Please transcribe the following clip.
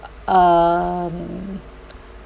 um